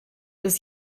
bis